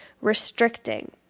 restricting